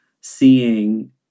seeing